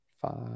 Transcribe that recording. Five